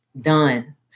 done